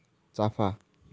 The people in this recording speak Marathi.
चाफा